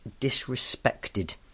disrespected